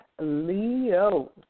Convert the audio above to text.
Leo